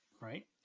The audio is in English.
Right